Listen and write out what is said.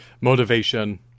motivation